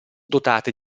dotate